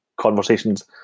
conversations